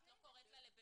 את לא קוראת לה לבירור?